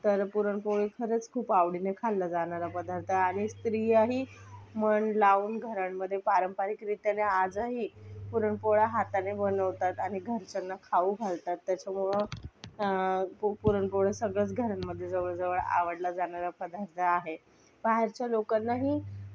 तर पुरणपोळी खरंच खूप आवडीने खाल्ला जाणारा पदार्थ आहे आणि स्त्रियाही मन लावून घरांमध्ये पारंपरिकरित्याने आजही पुरणपोळ्या हाताने बनवतात आणि घरच्यांना खाऊ घालतात त्याच्यामुळं खूप पुरणपोळ्या सगळ्याच घरांमध्ये जवळजवळ आवडला जाणारा पदार्थ आहे बाहेरच्या लोकांनाही